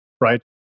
right